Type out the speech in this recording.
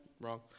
wrong